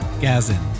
Gazin